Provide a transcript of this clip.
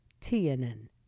TNN